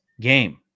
game